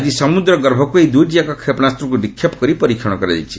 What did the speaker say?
ଆଜି ସମୁଦ୍ର ଗର୍ଭକୁ ଏହି ଦୁଇଟିଯାକ କ୍ଷେପଣାସ୍ତକୁ ନିକ୍ଷେପ କରି ପରୀକ୍ଷଣ କରାଯାଇଛି